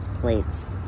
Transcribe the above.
Plates